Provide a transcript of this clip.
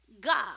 God